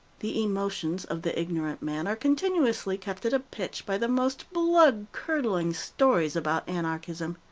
the emotions of the ignorant man are continuously kept at a pitch by the most blood-curdling stories about anarchism.